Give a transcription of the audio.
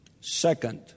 Second